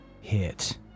hit